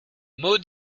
mood